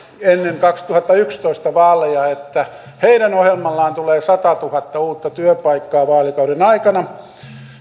ennen kaksituhattayksitoista vaaleja että heidän ohjelmallaan tulee satatuhatta uutta työpaikkaa vaalikauden aikana